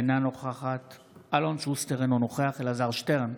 אינה נוכחת אלון שוסטר, אינו נוכח אלעזר שטרן,